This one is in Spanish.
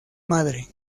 madre